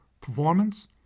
performance